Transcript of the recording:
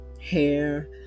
hair